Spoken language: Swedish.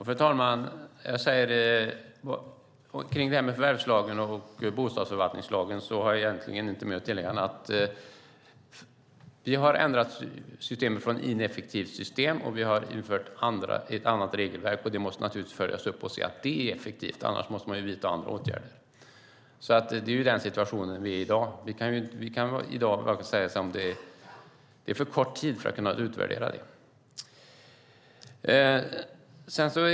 Fru talman! Jag har egentligen inte mer att tillägga kring förvärvslagen och bostadsförvaltningslagen än att vi har ändrat systemet och gått från ett ineffektivt system till ett annat regelverk. Det måste naturligtvis följas upp så att man kan se att det är effektivt, annars måste man vidta andra åtgärder. I den situationen är vi i dag. Det har gått för kort tid för att man ska kunna utvärdera det.